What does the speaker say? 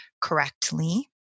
correctly